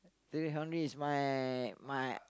Thierry-Henry is my my